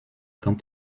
quant